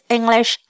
English